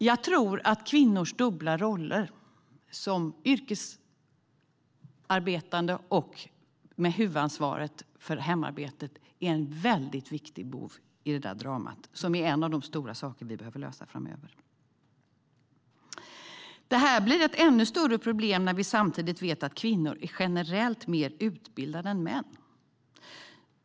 Jag tror att kvinnors dubbla roller, som yrkesarbetande och med huvudansvar för hemarbetet, är en viktig bov i dramat. Det är en av de stora saker som vi behöver lösa framöver. Det blir ett ännu större problem när vi samtidigt vet att kvinnor generellt är mer utbildade än män.